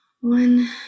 one